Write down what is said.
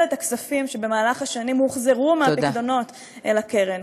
את הכספים שבמהלך השנים הוחזרו מהפיקדונות אל הקרן.